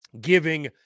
giving